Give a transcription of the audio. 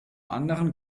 anderen